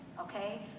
okay